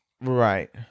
Right